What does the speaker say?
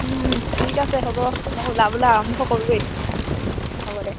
ঠিক আছে হ'ব মই ওলাবলে আৰম্ভ কৰোঁৱেই হ'ব দে